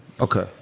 Okay